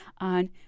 on